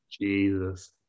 Jesus